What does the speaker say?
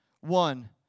one